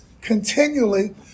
continually